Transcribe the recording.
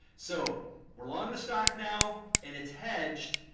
so we're long the stock now and it's hedged.